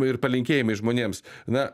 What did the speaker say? ir palinkėjimai žmonėms na